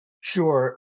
Sure